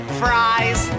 fries